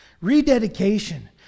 rededication